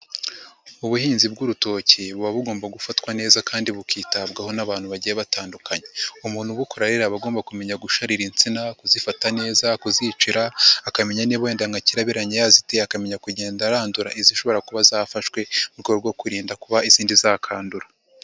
Ubuhinzi bw'urutoki buba bugomba gufatwa neza kandi bukitabwaho n'abantu bagiye batandukanye, umuntu ubukorera aba agomba kumenya: gusharira insina, kuzifata neza, kuzicira, akamenya niba wenda nka kirabiranya yaziteye akamenya kugenda arandura izishobora kuba zafashwe mu rwego rwo kurinda kuba izindi zakandura.